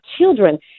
children